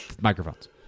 microphones